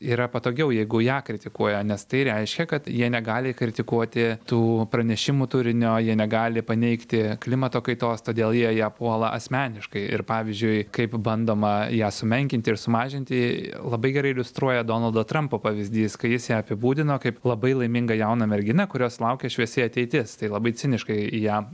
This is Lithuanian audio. yra patogiau jeigu ją kritikuoja nes tai reiškia kad jie negali kritikuoti tų pranešimų turinio jie negali paneigti klimato kaitos todėl jie ją puola asmeniškai ir pavyzdžiui kaip bandoma ją sumenkinti ir sumažinti labai gerai iliustruoja donaldo trampo pavyzdys kai jis ją apibūdino kaip labai laimingą jauną merginą kurios laukia šviesi ateitis tai labai ciniškai į ją